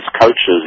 coaches